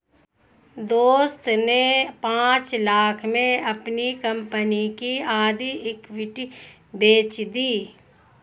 दोस्त ने पांच लाख़ में अपनी कंपनी की आधी इक्विटी बेंच दी